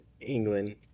England